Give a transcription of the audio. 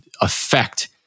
affect